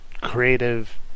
creative